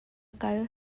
kal